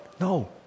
No